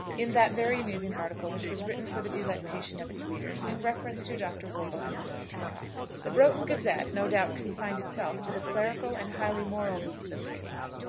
in that very amusing article which was written for the delectation of its readers in reference to dr. wortle and mrs. peacocke. the broughton gazette no doubt confined itself to the clerical and highly moral views of the case,